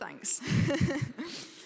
Thanks